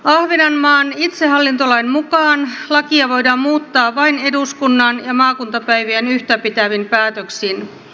ahvenanmaan itsehallintolain mukaan lakia voidaan muuttaa vain eduskunnan ja maakuntapäivien yhtäpitävin päätöksin